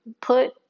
Put